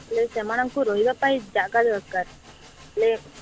ହେଲେ ସେମାନଙ୍କୁ ରହିବା ପାଇଁ ଜାଗା ଦରକାର ହେଲେ